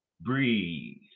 Breathe